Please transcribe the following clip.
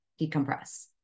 decompress